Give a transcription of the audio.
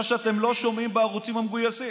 מה שאתם לא שומעים בערוצים המגויסים.